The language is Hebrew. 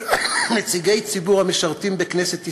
נציגי ציבור המשרתים בכנסת ישראל: